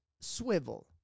swivel